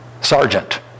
sergeant